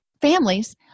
families